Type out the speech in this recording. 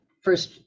first